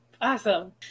Awesome